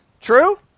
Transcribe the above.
True